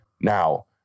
Now